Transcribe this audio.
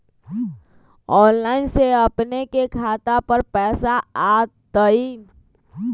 Online से अपने के खाता पर पैसा आ तई?